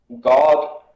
God